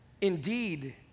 indeed